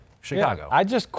Chicago